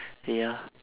ya